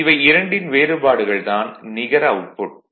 இவை இரண்டின் வேறுபாடு தான் நிகர அவுட்புட்